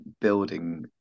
building